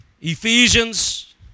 Ephesians